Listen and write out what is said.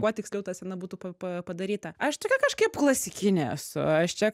kuo tiksliau ta scena būtų pa pa padaryta aš tokia kažkaip klasikinė esu aš čia